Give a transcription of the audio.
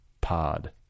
pod